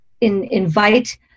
invite